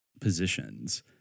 positions